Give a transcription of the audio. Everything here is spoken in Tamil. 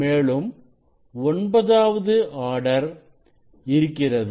மேலும் ஒன்பதாவது ஆர்டர் இருக்கிறது